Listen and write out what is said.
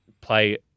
play